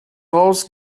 raus